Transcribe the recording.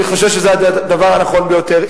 אני חושב שזה הדבר הנכון ביותר.